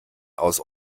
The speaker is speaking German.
aus